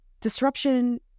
disruption